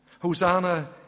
Hosanna